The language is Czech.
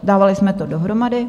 Dávali jsme to dohromady.